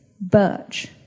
Birch